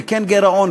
וכן גירעון,